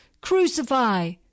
Crucify